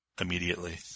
immediately